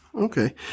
Okay